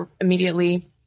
immediately